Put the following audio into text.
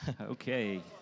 Okay